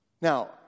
Now